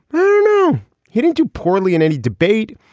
but you know he didn't do poorly in any debate.